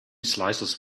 slices